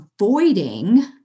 avoiding